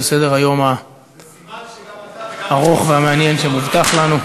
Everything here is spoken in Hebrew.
סדר-היום הארוך והמעניין שמובטח לנו.